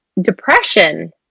depression